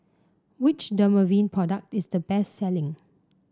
which Dermaveen product is the best selling